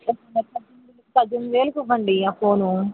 పద్దెనిమిది వేలకి ఇవ్వండి ఆ ఫోను